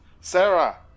Sarah